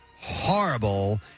horrible